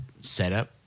setup